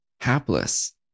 Hapless